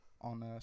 on